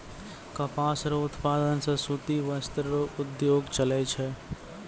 कपास रो उप्तादन से सूती वस्त्र रो उद्योग चलै छै